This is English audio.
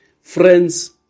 Friends